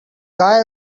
guy